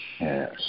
Yes